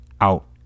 out